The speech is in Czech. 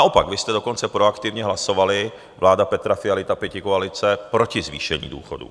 Naopak, vy jste dokonce proaktivně hlasovali vláda Petra Fialy, ta pětikoalice proti zvýšení důchodů.